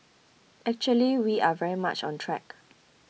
actually we are very much on track